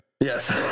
Yes